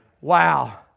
Wow